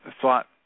thought